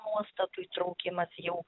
nuostatų įtraukimas jau